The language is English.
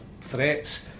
threats